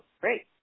great